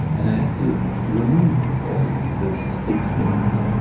and i have to remove all this influence,